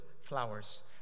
flowers